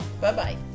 Bye-bye